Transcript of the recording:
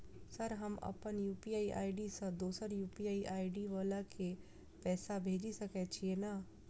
Sir हम अप्पन UPI ID सँ दोसर यु.पी.आई आई.डी वला केँ पैसा भेजि सकै छी नै?